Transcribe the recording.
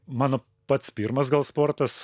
mano pats pirmas gal sportas